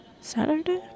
Saturday